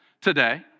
today